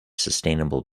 sustainable